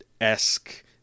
esque